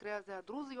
במקרה הזה הדרוזיות,